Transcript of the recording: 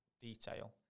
detail